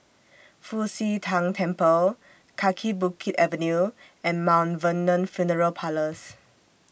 Fu Xi Tang Temple Kaki Bukit Avenue and Maint Vernon Funeral Parlours